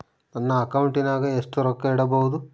ನನ್ನ ಅಕೌಂಟಿನಾಗ ಎಷ್ಟು ರೊಕ್ಕ ಇಡಬಹುದು?